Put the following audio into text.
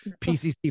PCC